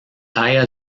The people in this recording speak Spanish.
halla